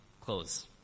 close